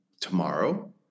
tomorrow